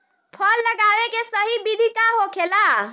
फल लगावे के सही विधि का होखेला?